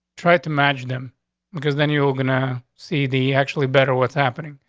try to imagine them because then you're gonna see the actually better. what's happening?